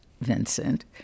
Vincent